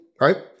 right